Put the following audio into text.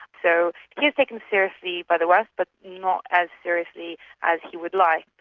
so he is taken seriously by the west, but not as seriously as he would like.